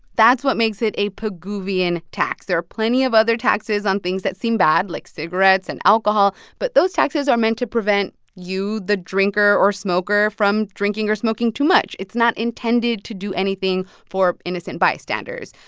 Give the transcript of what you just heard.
that's what makes it a pigouvian tax there are plenty of other taxes on things that seem bad, like cigarettes and alcohol, but those taxes are meant to prevent you, the drinker or smoker, from drinking or smoking too much. it's not intended to do anything for innocent bystanders.